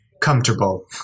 comfortable